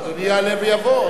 אדוני יעלה ויבוא.